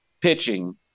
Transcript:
pitching